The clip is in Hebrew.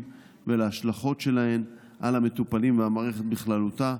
ולהשלכות שלהם על המטופלים והמערכת בכללותה,